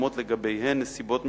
שמתקיימות לגביהן נסיבות מיוחדות,